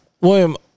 william